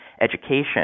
education